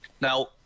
Now